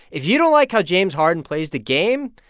if you don't like how james harden plays the game,